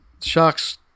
Sharks